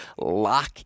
lock